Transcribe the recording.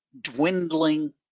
dwindling